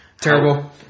Terrible